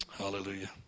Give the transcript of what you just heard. Hallelujah